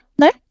No